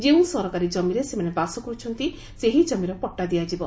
ଯେଉଁ ସରକାରୀ ଜମିରେ ସେମାନେ ବାସ କର୍ବଛନ୍ତି ସେହି କମିର ପଟ୍ଟା ଦିଆଯିବ